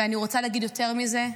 ואני רוצה להגיד יותר מזה: